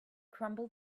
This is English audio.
crumble